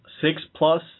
six-plus